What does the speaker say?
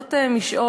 שאלות משאול.